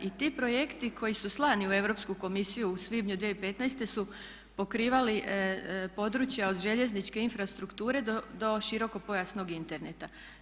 I ti projekti koji su slani u Europsku komisiju u svibnju 2015.su pokrivali područja od željezničke infrastrukture do širokopojasnog interneta.